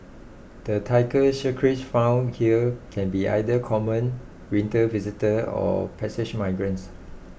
the Tiger Shrikes found here can be either common winter visitor or passage migrants